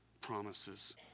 Promises